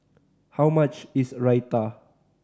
how much is Raita